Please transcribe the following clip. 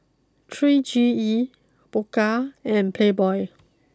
three C E Pokka and Playboy